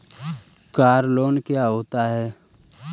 Car loan क्या होता है?